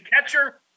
catcher